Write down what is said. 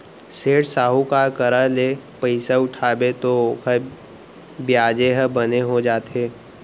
सेठ, साहूकार करा ले पइसा उठाबे तौ ओकर बियाजे ह बने हो जाथे